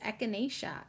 echinacea